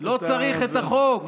לא צריך את החוק.